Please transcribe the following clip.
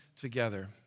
together